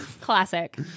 Classic